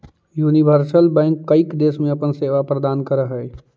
universal bank कईक देश में अपन सेवा प्रदान करऽ हइ